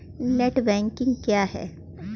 Net banking क्या है?